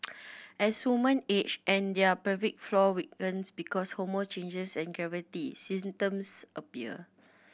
as woman age and their pelvic floor weakens because of hormonal changes and gravity symptoms appear